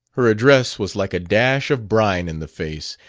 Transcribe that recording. her address was like a dash of brine in the face,